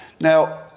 Now